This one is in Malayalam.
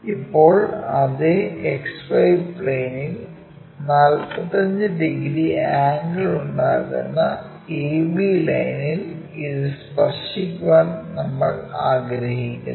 ഇപ്പോൾ അതേ XY പ്ലെയിനിൽ 45 ഡിഗ്രി ആംഗിൾ ഉണ്ടാക്കുന്ന a b ലൈനിൽ ഇത് സ്പർശിക്കാൻ നമ്മൾ ആഗ്രഹിക്കുന്നു